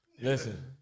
Listen